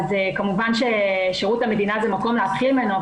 כמובן ששירות המדינה זה מקום להתחיל ממנו,